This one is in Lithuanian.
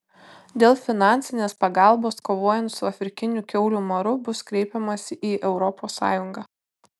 dėl finansinės pagalbos kovojant su afrikiniu kiaulių maru bus kreipiamasi į europos sąjungą